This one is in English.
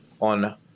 on